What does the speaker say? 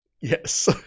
Yes